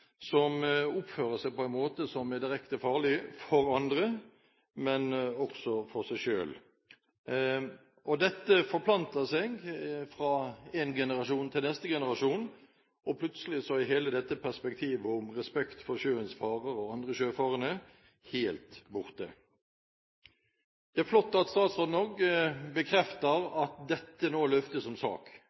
som oppfører seg på en måte som er direkte farlig for andre, og også for seg selv. Dette forplanter seg fra én generasjon til den neste, og plutselig er hele dette perspektivet om respekt for sjøens farer og andre sjøfarende helt borte. Det er flott at statsråden bekrefter at dette nå løftes som sak.